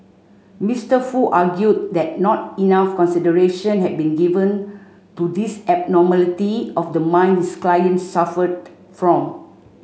Mister Foo argued that not enough consideration had been given to this abnormality of the mind his client suffered from